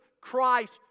Christ